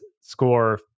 score